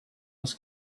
was